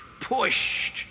pushed